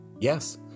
Yes